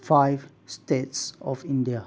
five states of India